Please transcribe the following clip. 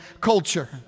culture